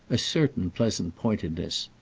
a certain pleasant pointedness.